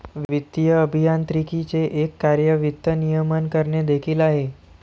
वित्तीय अभियांत्रिकीचे एक कार्य वित्त नियमन करणे देखील आहे